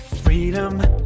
freedom